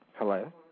hello